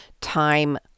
time